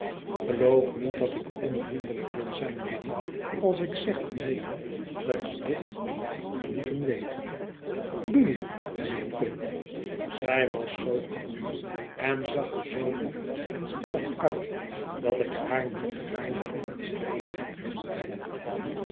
geloof niet dat ik onvriendelijk wil zijn biddy als ik zeg te meenen dat je dit hadt moeten weten doe je mijnheer pip zij was zoo kalm en zag er zoo lief en stemmig nit dat ik haar niet gaarne aan het schreien had willen brengen